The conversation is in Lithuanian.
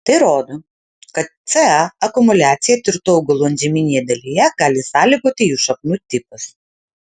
tai rodo kad ca akumuliaciją tirtų augalų antžeminėje dalyje gali sąlygoti jų šaknų tipas